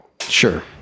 Sure